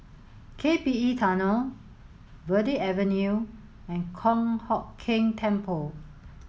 K P E Tunnel Verde Avenue and Kong Hock Keng Temple